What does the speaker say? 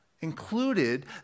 included